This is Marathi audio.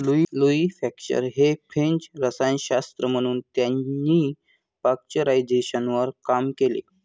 लुई पाश्चर हे फ्रेंच रसायनशास्त्रज्ञ असून त्यांनी पाश्चरायझेशनवर काम केले